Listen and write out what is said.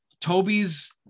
Toby's